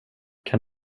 kan